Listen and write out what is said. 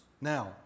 Now